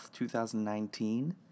2019